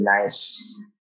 nice